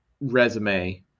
resume